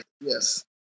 Yes